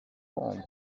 home